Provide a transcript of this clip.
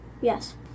Yes